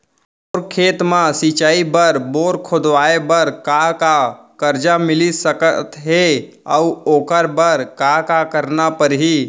मोर खेत म सिंचाई बर बोर खोदवाये बर का का करजा मिलिस सकत हे अऊ ओखर बर का का करना परही?